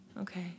Okay